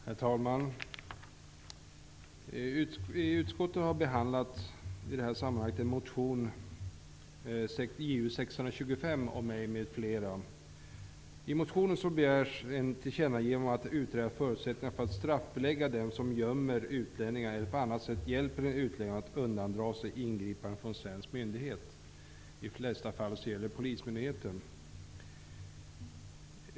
Herr talman! Utskottet har i det här sammanhanget behandlat en motion, Ju625, av mig m.fl. I motionen begärs ett tillkännagivande av det som anförs om att utreda förutsättningarna för att straffbelägga den som gömmer utlänningar eller på annat sätt hjälper en utlänning att undandra sig ingripande från svensk myndighet. I de flesta fall gäller det polismyndigheten.